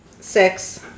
Six